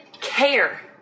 care